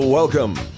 Welcome